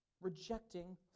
Rejecting